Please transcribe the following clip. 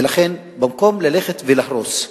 ולכן, במקום ללכת ולהרוס,